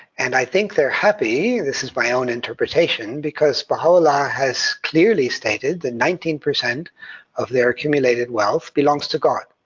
and i think they're happy this is my own interpretation because baha'u'llah has clearly stated that nineteen percent of their accumulated wealth belongs to god,